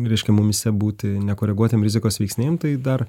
reiškia mumyse būti nekoreguotiem rizikos veiksniem tai dar